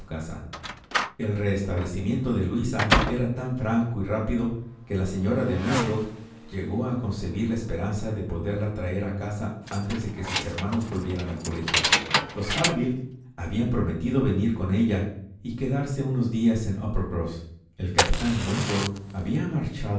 el restablecimiento de luisa era tan franco y rápido que la señora de musgrove llegó a concebir la esperanza de poderla traer a casa antes de que sus hermanos volvieran al colegio los harville habían prometido venir con ella y quedarse unos días en uppercross el